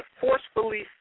forcefully